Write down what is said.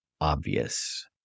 obvious